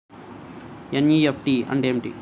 NEFT అంటే ఏమిటీ?